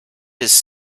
his